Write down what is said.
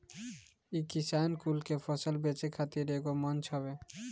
इ किसान कुल के फसल बेचे खातिर एगो मंच हवे